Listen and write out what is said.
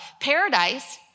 Paradise